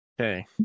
Okay